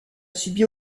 subi